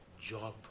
Job